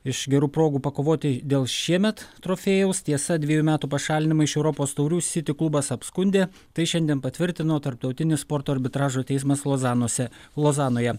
iš gerų progų pakovoti dėl šiemet trofėjaus tiesa dvejų metų pašalinimo iš europos taurių city klubas apskundė tai šiandien patvirtino tarptautinis sporto arbitražo teismas lozanose lozanoje